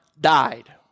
died